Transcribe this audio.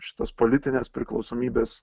šitos politinės priklausomybės